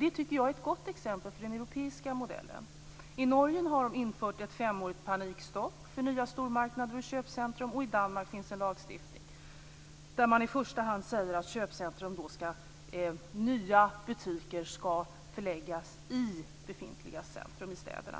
Det tycker jag är ett gott exempel för den europeiska modellen. I Norge har man infört ett femårigt panikstopp för nya stormarknader och köpcentrum, och i Danmark finns det en lagstiftning där det i första hand sägs att nya butiker skall förläggas till befintliga centrum i städerna.